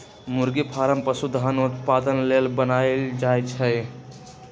मुरगि फारम पशुधन उत्पादन लेल बनाएल जाय छै